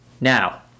Now